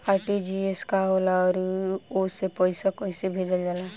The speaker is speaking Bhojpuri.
आर.टी.जी.एस का होला आउरओ से पईसा कइसे भेजल जला?